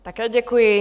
Také děkuji.